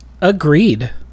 agreed